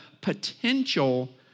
potential